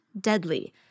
deadly